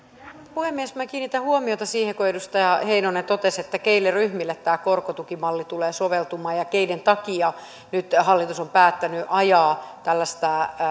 puhemies minä kiinnitän huomiota siihen että edustaja heinonen totesi keille ryhmille tämä korkotukimalli tulee soveltumaan ja keiden takia nyt hallitus on päättänyt ajaa tällaista